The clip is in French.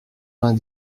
vingt